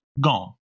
gone